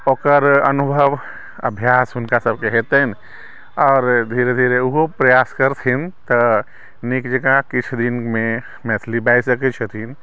ओकर अनुभव अभ्यास हुनका सभके हेतनि आओर धीरे धीरे ओहो प्रयास करथिन तऽ नीक जकाँ किछु दिनमे मैथिली बाजि सकै छथिन